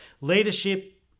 Leadership